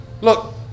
Look